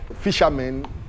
fishermen